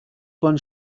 bahn